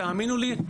תאמינו לי,